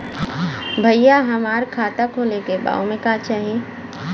भईया हमार खाता खोले के बा ओमे का चाही?